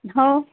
हो